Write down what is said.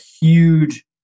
huge